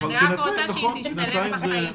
אני רק רוצה שהיא תשתלב בחיים.